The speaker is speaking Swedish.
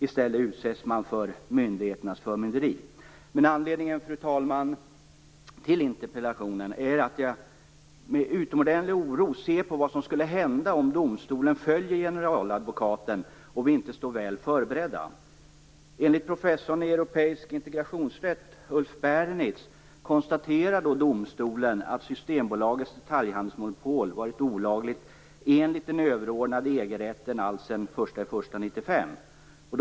I stället utsätts svenskarna för myndigheternas förmynderi. Men anledningen, fru talman, till interpellationen är att jag med utomordentlig oro ser på vad som skulle hända om domstolen följer generaladvokaten och vi inte står väl förberedda. Enligt professorn i europeisk integrationsrätt, Ulf Bernitz, konstaterar då domstolen att Systembolagets detaljhandelsmonopol har varit olagligt enligt den överordnade EG-rätten alltsedan den 1 januari 1995.